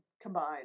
combined